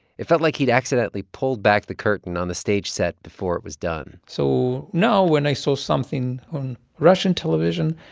it felt like he'd accidentally pulled back the curtain on the stage set before it was done so now, when i saw something on russian television,